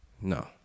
No